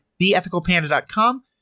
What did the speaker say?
theethicalpanda.com